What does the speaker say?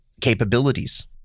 capabilities